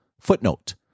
Footnote